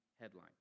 headline